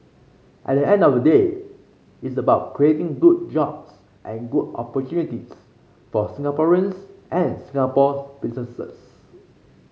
at the end of the day it's about creating good jobs and good opportunities for Singaporeans and Singapore businesses